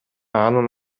анын